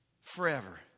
forever